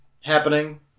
happening